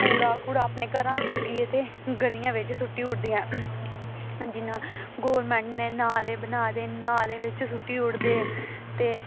कूड़ा कूड़ा अपने घरा चुक्कियै ते गलियें बिच्च सुट्टी ओड़दियां जियां गौरमैंट ने नाले बनाए दे नाले बिच्च सुट्टी ओड़दे ते